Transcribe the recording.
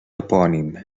epònim